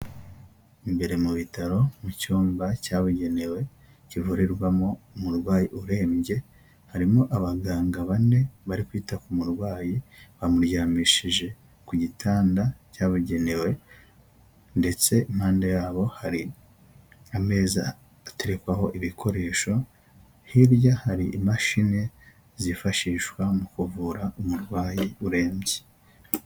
Imbere mu bitaro mu cyumba cyabugenewe kivurirwamo umurwayi urembye, harimo abaganga bane bari kwita ku murwayi, bamuryamishije ku gitanda cyabugenewe, ndetse impande yabo hari ameza atekwaho ibikoresho, hirya hari imashini zifashishwa mu kuvura umurwayi urembye.